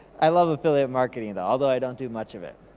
i love affiliate marketing though, although i don't do much of it.